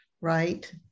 Right